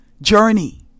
journey